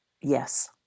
yes